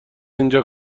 اینجا